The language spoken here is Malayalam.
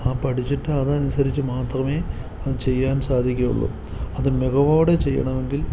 ആ പഠിച്ചിട്ട് അതനുസരിച്ച് മാത്രമേ അത് ചെയ്യാൻ സാധിക്കുകയുള്ളു അതു മികവോടെ ചെയ്യണമെങ്കിൽ